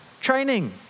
training